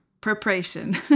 preparation